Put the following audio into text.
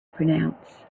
pronounce